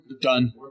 Done